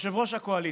יושב-ראש הקואליציה: